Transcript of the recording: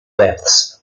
depths